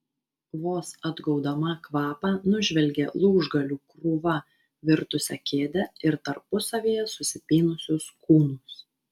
vos atgaudama kvapą nužvelgė lūžgalių krūva virtusią kėdę ir tarpusavyje susipynusius kūnus